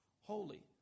holy